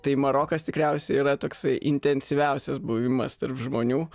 tai marokas tikriausiai yra toksai intensyviausias buvimas tarp žmonių